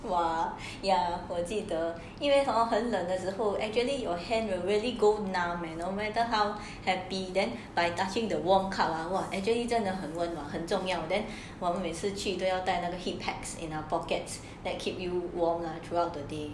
!wah! ya 我记得因为很冷的时候 actually your hand will really go numb man no matter how happy then by touching the warm cup was actually 真的很温暖很重要 then 我们每次去都要带 another heat packs in pockets that keep you warm throughout the day